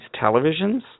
televisions